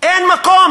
אין מקום,